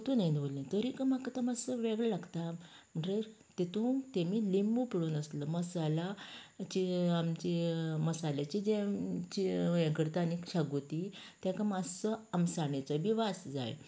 परतून हें दवरलें तरीकय तो म्हाका मात्सो वेगळो लागता म्हणटगीर तेतूंत तेमी लिंबू पिळूंक नासलो मसाला जे आमची मसाल्याचे जे आमचे हे करता न्ही शागोती तेका मात्सो आमसाणेचो बी वास जाय